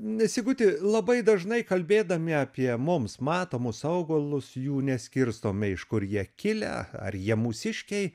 ne siguti labai dažnai kalbėdami apie mums matomus augalus jų neskirstome iš kur jie kilę ar jie mūsiškiai